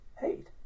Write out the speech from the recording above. hate